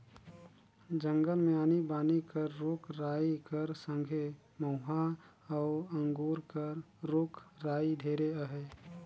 जंगल मे आनी बानी कर रूख राई कर संघे मउहा अउ अंगुर कर रूख राई ढेरे अहे